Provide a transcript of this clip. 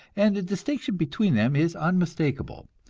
and the distinction between them is unmistakable.